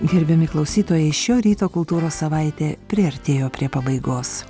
gerbiami klausytojai šio ryto kultūros savaitė priartėjo prie pabaigos